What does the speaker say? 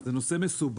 זה נושא מסובך.